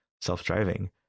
self-driving